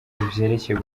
vyerekeye